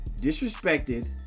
disrespected